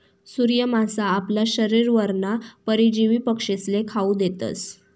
सूर्य मासा आपला शरीरवरना परजीवी पक्षीस्ले खावू देतस